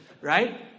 right